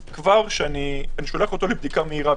אז כבר שכאני שולח אותו לבדיקה מהירה,